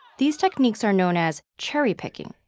these techniques are known as cherry picking.